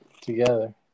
together